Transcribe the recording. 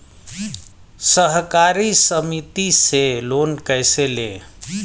सहकारी समिति से लोन कैसे लें?